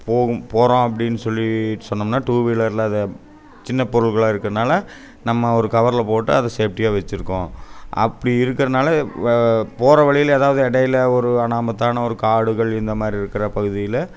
போகும் போகிறோம் அப்படின் சொல்லி சொன்னோம்னா டூ வீலரில் தான் சின்ன பொருள்களாக இருக்கிறனால நம்ம ஒரு கவரில் போட்டு அதை சேஃப்டியாக வச்சிருக்கோம் அப்படி இருக்கறனால் வா போகிற வழியில் ஏதாவது இடையில ஒரு அனாமுத்தான ஒரு காடுகள் இந்த மாதிரி இருக்கிற பகுதியில்